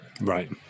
Right